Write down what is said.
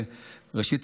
ראשית,